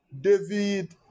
David